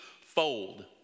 fold